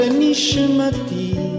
nishmati